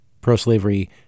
pro-slavery